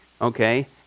Okay